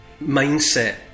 mindset